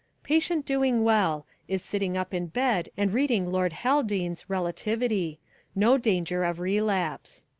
patient doing well is sitting up in bed and reading lord haldane's relativity no danger of relapse.